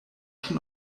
schon